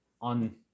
on